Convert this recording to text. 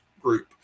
group